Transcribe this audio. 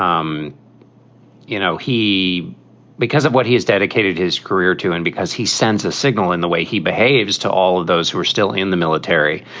um you know, he because of what he has dedicated his career to and because he sends a signal in the way he behaves to all of those who are still in the military.